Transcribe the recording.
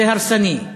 זה הרסני.